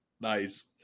Nice